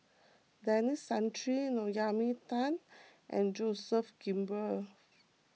Denis Santry Naomi Tan and Joseph Grimberg